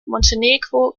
montenegro